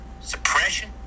suppression